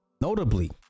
notably